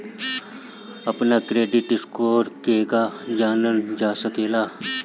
अपना credit score केगा जानल जा सकेला?